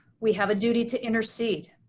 we have a duty to intercede.